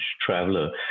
traveler